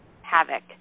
havoc